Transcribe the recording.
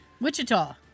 Wichita